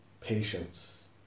Patience